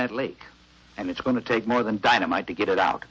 that lake and it's going to take more than dynamite to get it out